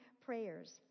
prayers